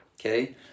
Okay